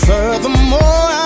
Furthermore